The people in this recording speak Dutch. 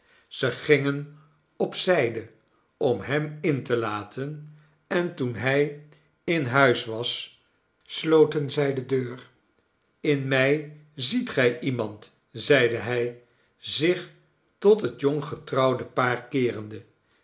zij gingen op zijde om hem in te laten en toen hij in huis was sloten zij de deur in mij ziet gij iemand zeide hy zich tot het jonggetrouwde paar keerende